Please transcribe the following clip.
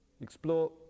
explore